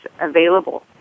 available